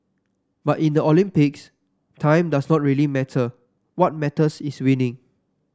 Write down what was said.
but in the Olympics time does not really matter what matters is winning